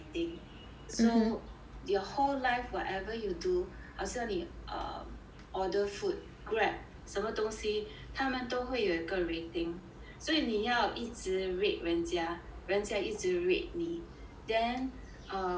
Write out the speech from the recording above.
so your whole life whatever you do 好像你 err order food Grab 什么东西他们都会有一个 rating 所以你要一直 rate 人家人家一直 rate 你 then err